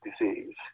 disease